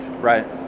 Right